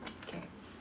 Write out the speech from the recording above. okay